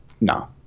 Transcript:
No